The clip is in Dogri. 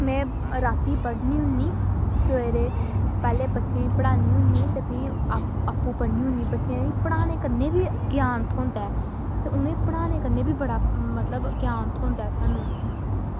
में रातीं पढ़नी होनी सबैह्रे पैह्लें बच्चें गी पढ़ानी होनी ते फ्ही आपूं पढ़नी होनी बच्चें ई पढ़ाने कन्नै बी ज्ञान थ्होंदा ऐ ते उनेंगी पढ़ाने कन्नै बी सानूं बड़ा ज्ञान थ्होंदा